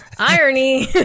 irony